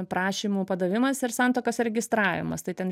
prašymų padavimas ir santuokos registravimas tai ten